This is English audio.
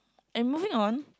and moving on